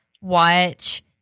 watch